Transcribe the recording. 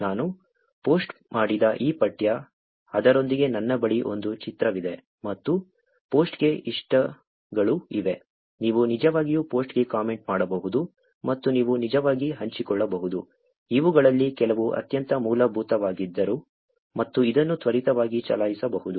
ನಾನು ಪೋಸ್ಟ್ ಮಾಡಿದ ಈ ಪಠ್ಯ ಅದರೊಂದಿಗೆ ನನ್ನ ಬಳಿ ಒಂದು ಚಿತ್ರವಿದೆ ಮತ್ತು ಪೋಸ್ಟ್ಗೆ ಇಷ್ಟಗಳು ಇವೆ ನೀವು ನಿಜವಾಗಿಯೂ ಪೋಸ್ಟ್ಗೆ ಕಾಮೆಂಟ್ ಮಾಡಬಹುದು ಮತ್ತು ನೀವು ನಿಜವಾಗಿ ಹಂಚಿಕೊಳ್ಳಬಹುದು ಇವುಗಳಲ್ಲಿ ಕೆಲವು ಅತ್ಯಂತ ಮೂಲಭೂತವಾಗಿದ್ದರೂ ಮತ್ತು ಇದನ್ನು ತ್ವರಿತವಾಗಿ ಚಲಾಯಿಸಬಹುದು